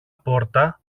πόρτα